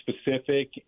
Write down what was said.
specific